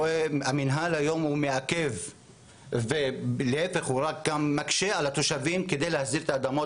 המנהל היום מעקב ומקשה על התושבים כדי להסדיר את האדמות,